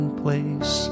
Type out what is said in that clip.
place